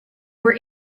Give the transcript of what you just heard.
were